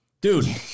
Dude